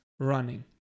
running